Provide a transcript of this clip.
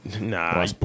Nah